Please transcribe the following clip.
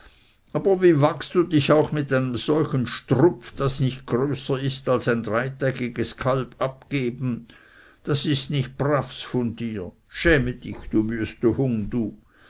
aber wie magst du dich auch mit einem solchen strupf das nicht größer ist als ein dreitägigs kalb abgeben das ist nicht bravs von dir schäme dich du wüeste hung